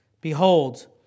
Behold